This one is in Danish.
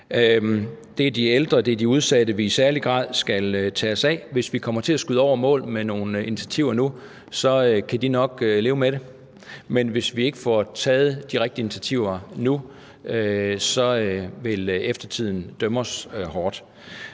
Det er de ældre, og det er de udsatte, vi i særlig grad skal tage os af. Og hvis vi kommer til at skyde over målet med nogle initiativer nu, kan de nok leve med det. Men hvis vi ikke får taget de rigtige initiativer nu, vil eftertiden dømme os hårdt.